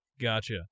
Gotcha